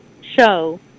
show